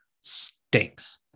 stinks